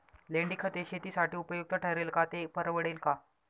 लेंडीखत हे शेतीसाठी उपयुक्त ठरेल का, ते परवडेल का?